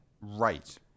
Right